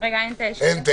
מי נגד?